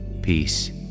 Peace